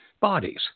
bodies